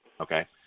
okay